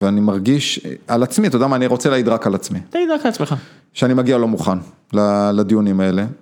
ואני מרגיש, על עצמי, אתה יודע מה? אני רוצה להעיד רק על עצמי. תעיד רק על עצמך. שאני מגיע לא מוכן לדיונים האלה.